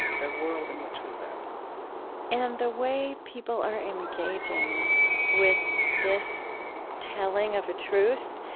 the world in which we live and the way people are engaging with this telling of a truth,